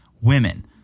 women